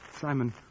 Simon